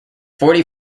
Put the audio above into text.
forty